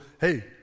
hey